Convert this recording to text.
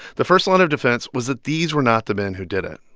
the first line of defense was that these were not the men who did it.